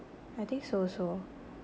I think so also